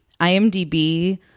imdb